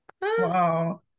Wow